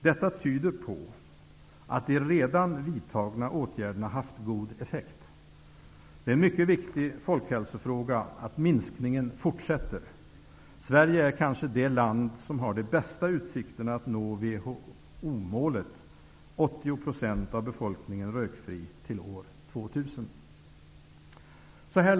Detta tyder på att de redan vidtagna åtgärderna har haft god effekt. Det är en mycket viktig folkhälsofråga att minskningen fortsätter. Sverige är kanske det land som har de bästa utsikterna att nå WHO-målet: att 80 % av befolkningen skall vara rökfri år 2000. Herr talman!